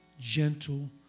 gentle